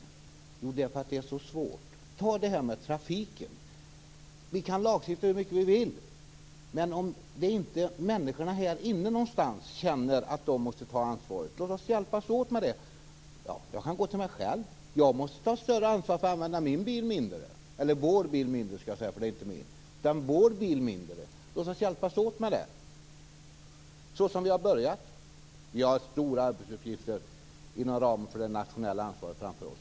Jo, det är för att det är så svårt. Ta det här med trafiken. Vi kan lagstifta hur mycket vi vill, men om inte människorna någonstans där inne känner att de måste ta ansvaret hjälper det inte. Låt oss hjälpas åt med det. Jag kan gå till mig själv. Jag måste ta ett större ansvar för att använda vår bil mindre. Låt oss hjälpas åt med det så som vi har börjat. Vi har stora uppgifter inom ramen för det nationella ansvaret framför oss.